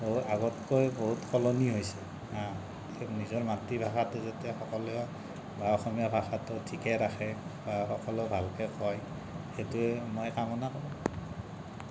আগতকৈ বহুত সলনি হৈছে নিজৰ মাতৃভাষাটো যেতিয়া সকলোৱে অসমীয়া ভাষাটো ঠিকে ৰাখে সকলোৱে ভালকে কয় সেইটোৱেই মই কামনা কৰোঁ